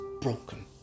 broken